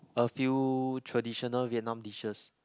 a few traditional Vietnam dishes